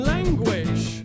Language